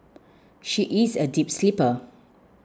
she is a deep sleeper